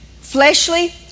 fleshly